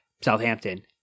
Southampton